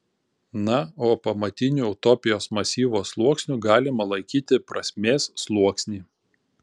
na o pamatiniu utopijos masyvo sluoksniu galima laikyti prasmės sluoksnį